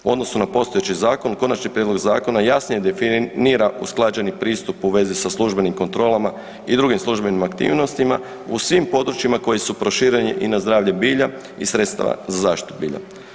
U odnosu na postojeći zakon konačni prijedlog zakona jasnije definira usklađeni pristup u vezi sa službenim kontrolama i drugim službenim aktivnostima u svim područjima koji su prošireni i na zdravlje bilja i sredstava za zaštitu bilja.